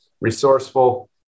resourceful